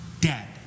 dead